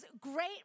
great